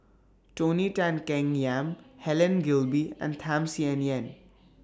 Tony Tan Keng Yam Helen Gilbey and Tham Sien Yen